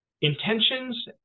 intentions